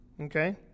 Okay